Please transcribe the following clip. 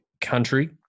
country